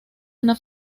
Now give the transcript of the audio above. una